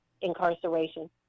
incarceration